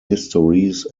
histories